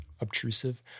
obtrusive